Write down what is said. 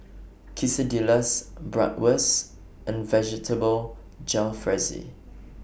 Quesadillas Bratwurst and Vegetable Jalfrezi